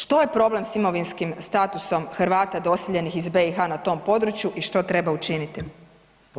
Što je problem sa imovinskim statusom Hrvata doseljenih iz BiH na tom području i što treba učiniti?